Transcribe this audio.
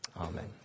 Amen